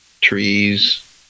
trees